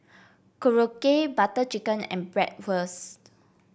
Korokke Butter Chicken and Bratwurst